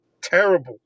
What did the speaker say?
terrible